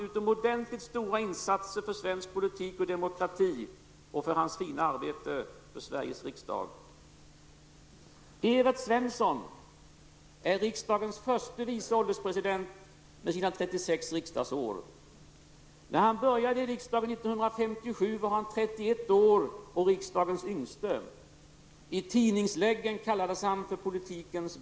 I mångt och mycket har de också bakgrund och erfarenheter som liknar varandra. Praktisk yrkesverksamhet, fackligt arbete, kommunalt verksamma. Båda är stabilt förankrade i sina hemkommuner och regioner. Rune Jonsson är en mycket allsidig näringspolitiker.